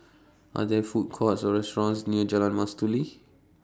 Are There Food Courts Or restaurants near Jalan Mastuli